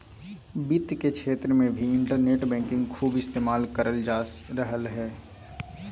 वित्त के क्षेत्र मे भी इन्टरनेट बैंकिंग खूब इस्तेमाल करल जा रहलय हें